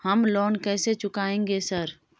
हम लोन कैसे चुकाएंगे सर?